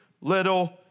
little